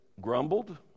grumbled